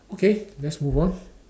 okay let's move on